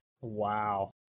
Wow